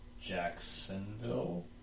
Jacksonville